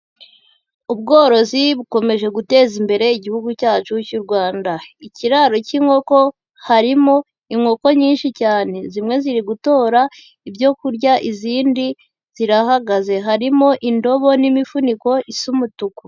Ubworozi bukomeje guteza imbere igihugu cyacu cy'u Rwanda. Ikiraro cy'inkoko harimo inkoko nyinshi cyane. Zimwe ziri gutora ibyo kurya, izindi zirahagaze, harimo indobo n'imifuniko isa umutuku.